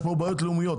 יש פה בעיות לאומיות,